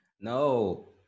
no